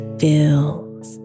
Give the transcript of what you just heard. fills